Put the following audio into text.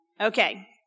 Okay